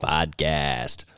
Podcast